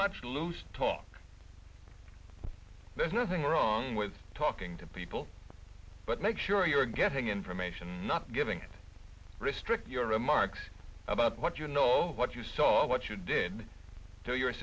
much loose talk there's nothing wrong with talking to people but make sure you're getting information not giving it restrict your remarks about what you know what you saw what you did